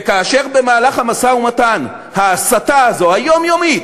כאשר במהלך המשא-ומתן ההסתה הזאת, היומיומית,